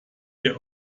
der